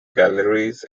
galleries